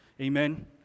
Amen